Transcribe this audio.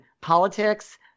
politics